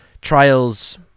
trials